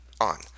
on